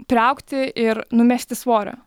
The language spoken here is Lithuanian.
priaugti ir numesti svorio